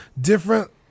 different